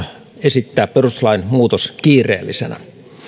esittää perustuslain muutos kiireellisenä syy